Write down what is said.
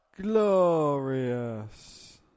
Glorious